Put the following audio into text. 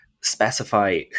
specify